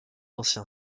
ancien